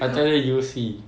I thought you say you'll see